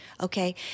Okay